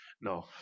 No